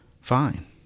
fine